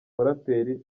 muraperi